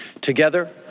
Together